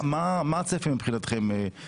מה הצפי מבחינתכם?